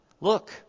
Look